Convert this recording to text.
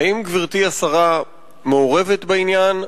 האם גברתי השרה מעורבת בעניין?